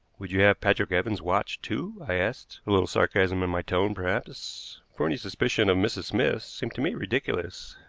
would you have patrick evans watched, too? i asked, a little sarcasm in my tone, perhaps, for any suspicion of mrs. smith seemed to me ridiculous.